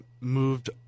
moved